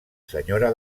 senyora